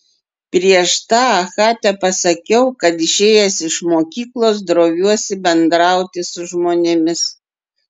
prieš tą aha tepasakiau kad išėjęs iš mokyklos droviuosi bendrauti su žmonėmis